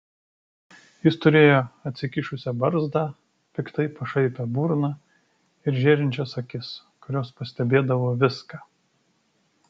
jis turėjo atsikišusią barzdą piktai pašaipią burną ir žėrinčias akis kurios pastebėdavo viską